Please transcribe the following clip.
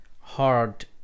hard